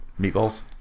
Meatballs